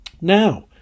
Now